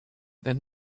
then